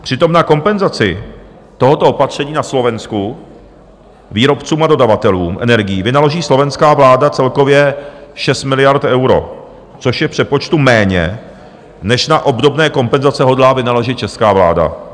Přitom na kompenzaci tohoto opatření na Slovensku výrobcům a dodavatelům energií vynaloží slovenská vláda celkově 6 miliard euro, což je v přepočtu méně, než na obdobné kompenzace hodlá vynaložit česká vláda.